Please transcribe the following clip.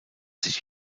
sich